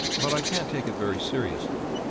but i can't take it very seriously.